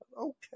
okay